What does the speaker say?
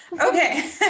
okay